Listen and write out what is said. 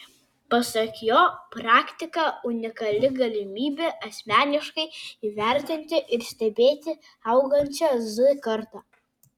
pasak jo praktika unikali galimybė asmeniškai įvertinti ir stebėti augančią z kartą